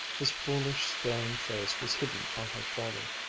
his foolish staring face was hidden on her shoulder.